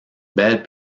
belles